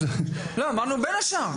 אמרנו בין השאר.